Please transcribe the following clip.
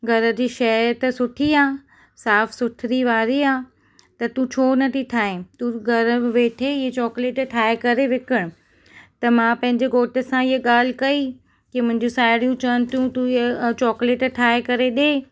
घर जी शइ त सुठी आहे साफ़ु सुथिरी वारी आहे त तूं छो न थी ठाहे तूं घरि वेठे ई चॉकलेट ठाहे करे विकणु त मां पंहिंजे घोट सां हीअ ॻाल्हि कई की मुंहिंजूं साहेड़ियूं चवनि थियूं तूं इहे चॉकलेट ठाहे करे ॾे